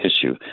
issue